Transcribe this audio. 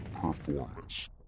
performance